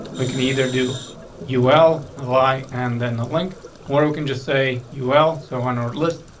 i can either, do you? well lie. and then the link woken. just say you well, so in order list.